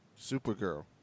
Supergirl